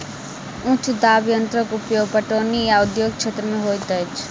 उच्च दाब यंत्रक उपयोग पटौनी आ उद्योग क्षेत्र में होइत अछि